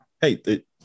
hey